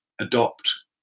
adopt